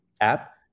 app